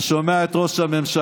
אתה שומע את ראש הממשלה,